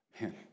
man